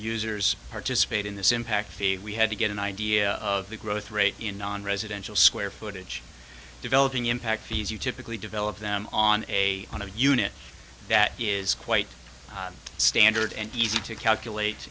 users participate in this impact fee we had to get an idea of the growth rate in nonresidential square footage developing impact fees you typically develop them on a on a unit that is quite standard and easy to calculate